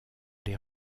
les